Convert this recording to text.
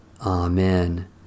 Amen